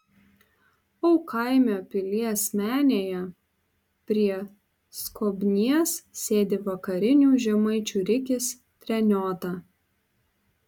aukaimio pilies menėje prie skobnies sėdi vakarinių žemaičių rikis treniota